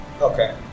okay